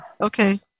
Okay